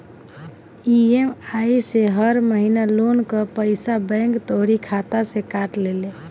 EMI से हर महिना लोन कअ पईसा बैंक तोहरी खाता से काट लेले